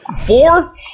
Four